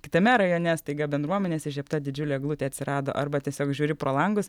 kitame rajone staiga bendruomenės įžiebta didžiulė eglutė atsirado arba tiesiog žiūri pro langus